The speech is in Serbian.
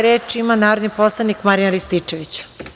Reč ima narodni poslanik Marijan Rističević.